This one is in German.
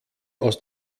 aus